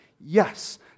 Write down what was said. Yes